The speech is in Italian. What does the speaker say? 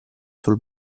sul